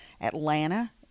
Atlanta